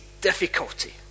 difficulty